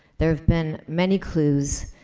there have been many clues,